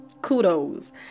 kudos